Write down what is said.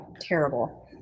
terrible